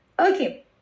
okay